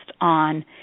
on